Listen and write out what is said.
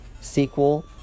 sequel